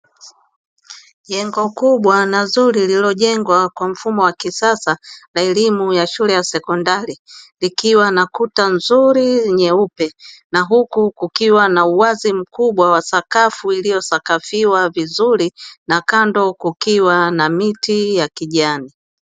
Jengo kubwa na zuri lililojengwa kwa mfumo wa kisasa la elimu ya shule ya sekondari likiwa na kuta nzuri nyeupe na huku kukiwa na uwazi mkubwa wa sakafu iliyosakafiwa vizuri na kando kukiwa na miti ya kijani.